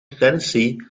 tennessee